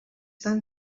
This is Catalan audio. tan